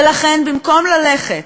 ולכן, במקום ללכת